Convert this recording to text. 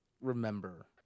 remember